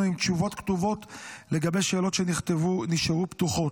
עם תשובות כתובות לגבי שאלות שנשארו פתוחות.